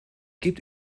gibt